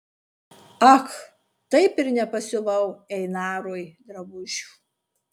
ak taip ir nepasiuvau einarui drabužių